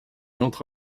entre